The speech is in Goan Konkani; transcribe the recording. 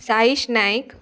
साईश नायक